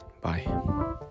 Bye